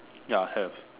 ya have